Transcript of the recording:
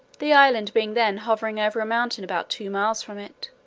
the island being then hovering over a mountain about two miles from it,